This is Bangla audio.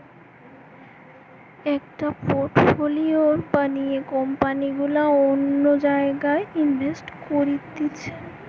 একটা পোর্টফোলিও বানিয়ে কোম্পানি গুলা অন্য জায়গায় ইনভেস্ট করতিছে